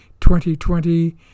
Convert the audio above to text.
2020